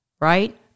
Right